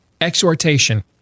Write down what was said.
exhortation